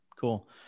Cool